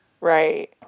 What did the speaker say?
right